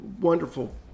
wonderful